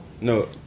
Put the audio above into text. No